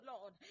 Lord